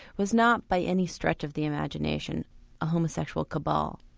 was not by any stretch of the imagination a homosexual cabal.